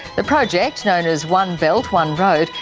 the project, known as one belt one road,